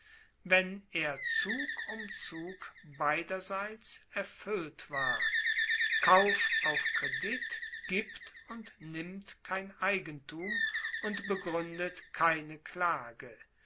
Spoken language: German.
wenn er zug um zug beiderseits erfuellt war kauf auf kredit gibt und nimmt kein eigentum und begruendet keine klage